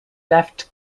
left